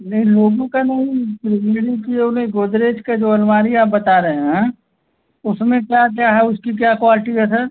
नहीं लोगो का नहीं त्रिवेणी की ओ नहीं गोदरेज का जो अलमारी आप बता रहे हैं उसमें क्या क्या है उसकी क्या क्वालटी है सर